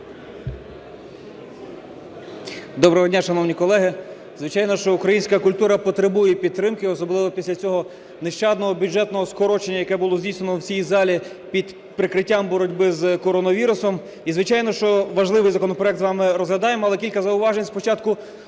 Доброго дня, шановні колеги. Звичайно, що українська культура потребує підтримки, особливо після цього нещадного бюджетного скорочення, яке було здійснено в цій залі під прикриттям боротьби з коронавірусом. І, звичайно, що важливий законопроект з вами розглядаємо, але кілька зауважень спочатку